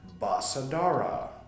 Basadara